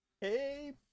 Hey